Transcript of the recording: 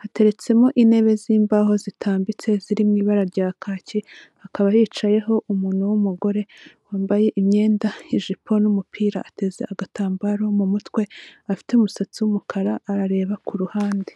hateretsemo intebe zimbaho zitambitse ziri ibara rya kaki, akaba yicayeho umuntu w'umugore wambaye imyenda y'jipo n'umupira ateze agatambaro mu mutwe, afite umusatsi wumukara arareba ku ruhande.